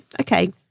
okay